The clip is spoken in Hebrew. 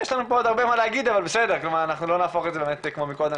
יש לנו עוד הרבה מה להגיד אבל בסדר אנחנו לא נהפוך את זה כמו מקודם